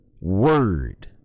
word